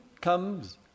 comes